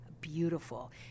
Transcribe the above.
beautiful